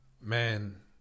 Man